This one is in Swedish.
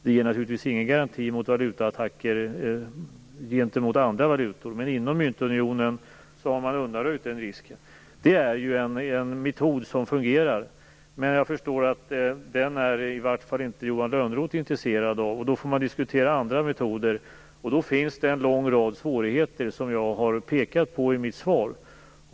Det ger naturligtvis ingen garanti mot valutaattacker gentemot andra valutor, men inom myntunionen har man undanröjt den risken. Det är en metod som fungerar, men jag förstår att i vart fall Johan Lönnroth inte är intresserad av den. Då får man diskutera andra metoder som innebär en lång rad svårigheter, vilka jag har pekat på i mitt svar.